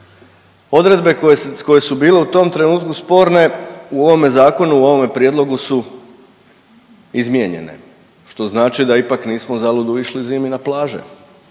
Odredbe koje, koje su bile u tom trenutku sporne u ovome zakonu, u ovome prijedlogu su izmijenjene, što znači da ipak nismo zaludu išli zimi na plaže,